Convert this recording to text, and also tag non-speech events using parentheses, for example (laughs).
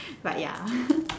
but ya (laughs)